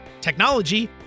technology